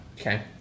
Okay